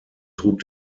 trug